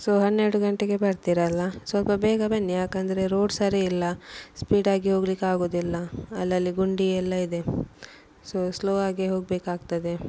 so ಹನ್ನೆರಡು ಗಂಟೆಗೆ ಬರ್ತೀರಲ್ಲ ಸ್ವಲ್ಪ ಬೇಗ ಬನ್ನಿ ಯಾಕಂದರೆ ರೋಡ್ ಸರಿ ಇಲ್ಲ ಸ್ಪೀಡಾಗಿ ಹೋಗಲಿಕ್ಕಾಗುದಿಲ್ಲ ಅಲ್ಲಲ್ಲಿ ಗುಂಡಿ ಎಲ್ಲ ಇದೆ ಸೊ ಸ್ಲೋ ಆಗೆ ಹೋಗಬೇಕಾಗ್ತದೆ